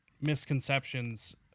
misconceptions